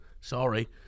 Sorry